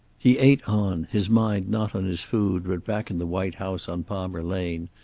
he ate on, his mind not on his food, but back in the white house on palmer lane,